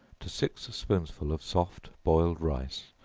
to six spoonsful of soft boiled rice,